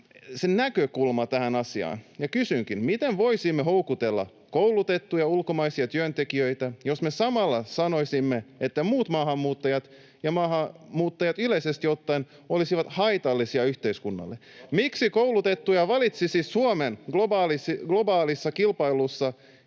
näkökulmaa tähän asiaan, ja kysynkin, miten voisimme houkutella koulutettuja ulkomaisia työntekijöitä, jos me samalla sanoisimme, että muut maahanmuuttajat ja maahanmuuttajat yleisesti ottaen olisivat haitallisia yhteiskunnalle. Miksi koulutetut valitsisivat Suomen globaalissa kilpailussa,